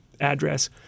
address